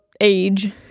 age